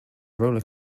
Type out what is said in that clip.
roller